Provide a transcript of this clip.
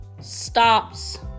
stops